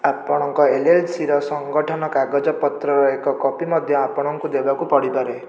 ଆପଣଙ୍କ ଏଲ୍ଏଲ୍ସିର ସଙ୍ଗଠନ କାଗଜପତ୍ରର ଏକ କପି ମଧ୍ୟ ଆପଣଙ୍କୁ ଦେବାକୁ ପଡ଼ିପାରେ